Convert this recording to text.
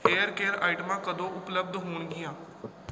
hair care ਆਈਟਮਾਂ ਕਦੋਂ ਉਪਲਬਧ ਹੋਣਗੀਆਂ